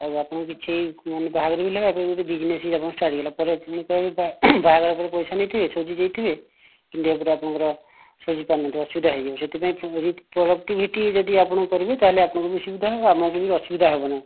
ଆଉ ଆପଣ କିଛି ମାନେ ବାହାଘର ବି ହେଲା ଆପଣଙ୍କ ଗୋଟେ ବିଜ୍ନେସ ବି ଆପଣଙ୍କ ଷ୍ଟାର୍ଟ ହେଇଗଲା ପରେ ବାହାଘର ପାଇଁ ପଇସା ନେଇଥିବେ ସୁଝି ଦେଇଥିବେ କିନ୍ତୁ ଏପଟେ ଆପଣଙ୍କର ସୁଝି ପାରୁନଥିବେ ଅସୁବିଧା ହେଇଯିବ ସେଥିପାଇଁ ପ୍ରଡ଼କ୍ଟିଭିଟି ଯଦି ଆପଣ କରିବେ ତାହେଲେ ଆପଣଙ୍କୁ ବି ସୁବିଧା ହେବ ଆମକୁ ବି କିଛି ଅସୁବିଧା ହେବନାହିଁ